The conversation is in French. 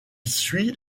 suit